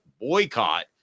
boycott